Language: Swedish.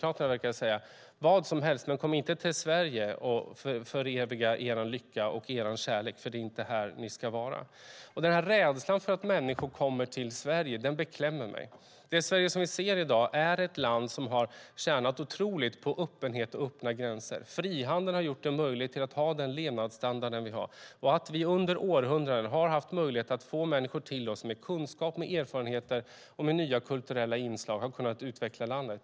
De verkar vilja säga: Vad som helst, men kom inte till Sverige och föreviga er lycka och er kärlek, för det är inte här ni ska vara! Rädslan för att människor ska komma till Sverige gör mig beklämd. Det Sverige som vi ser i dag är ett land som har tjänat otroligt på öppenhet och på öppna gränser. Frihandeln har gjort det möjligt att ha den levnadsstandard vi har. Under århundraden har vi haft möjlighet att få människor till oss som med kunskap, med erfarenheter och med nya kulturella inslag har kunnat utveckla landet.